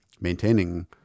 Maintaining